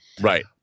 Right